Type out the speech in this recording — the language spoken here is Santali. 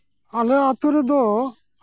ᱟᱞᱮ ᱟᱹᱛᱳ ᱨᱮᱫᱚ